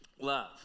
love